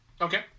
Okay